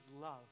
love